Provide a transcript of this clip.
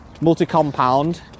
Multi-compound